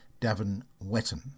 Davin-Wetton